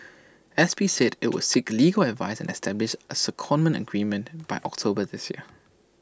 S P said IT would seek legal advice and establish A secondment agreement by October this year